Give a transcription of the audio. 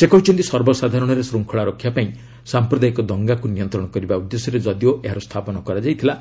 ସେ କହିଛନ୍ତି ସର୍ବସାଧାରଣରେ ଶୃଙ୍ଖଳା ରକ୍ଷାପାଇଁ ସାମ୍ପ୍ରଦାୟିକ ଦଙ୍ଗାକ୍ ନିୟନ୍ତ୍ରଣ କରିବା ଉଦ୍ଦେଶ୍ୟରେ ଯଦିଓ ଏହାର ସ୍ଥାପନ କରାଯାଇଥିଲା